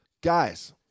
guys